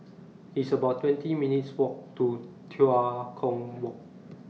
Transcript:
It's about twenty minutes' Walk to Tua Kong Walk